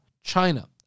China